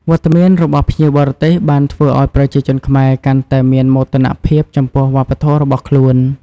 វត្តមានរបស់ភ្ញៀវបរទេសបានធ្វើឲ្យប្រជាជនខ្មែរកាន់តែមានមោទនភាពចំពោះវប្បធម៌របស់ខ្លួន។